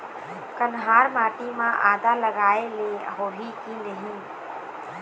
कन्हार माटी म आदा लगाए ले होही की नहीं?